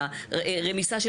של חוק התכנון והבנייה.